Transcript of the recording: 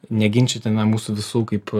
neginčytina mūsų visų kaip